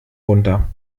runter